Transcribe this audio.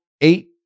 eight